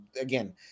again